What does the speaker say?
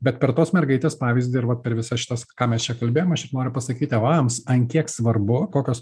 bet per tos mergaitės pavyzdį ir va per visas šitas ką mes čia kalbėjom aš tik noriu pasakyt tėvams ant kiek svarbu kokios